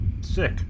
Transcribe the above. Sick